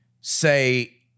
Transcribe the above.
say